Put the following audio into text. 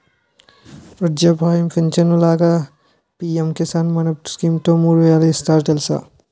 వృద్ధాప్య పించను లాగా పి.ఎం కిసాన్ మాన్ధన్ స్కీంలో మూడు వేలు ఇస్తారు తెలుసా?